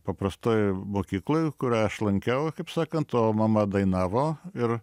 paprastoj mokykloj kurią aš lankiau kaip sakant o mama dainavo ir